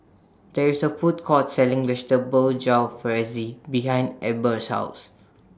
There IS A Food Court Selling Vegetable Jalfrezi behind Eber's House